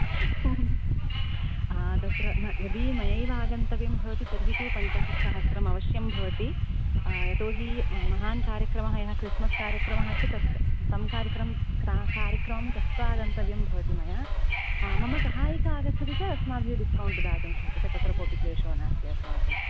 तत्र यदि मयैव आगन्तव्यं भवति तर्हि तु पञ्चाशत् सहस्रम् अवश्यं भवति यतो हि महान् कार्यक्रमः यः क्रिस्मस् कार्यक्रमः अस्ति तत् तं कार्यक्रमं त्यक्त्वा आगन्तव्यं भवति मया मम सहायिका आगच्छति चेत् अस्माभिः डिस्कौण्ट् दातुं शक्यते तत्र कोऽपि क्लेशो नास्ति अस्माकम्